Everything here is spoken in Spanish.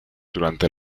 durante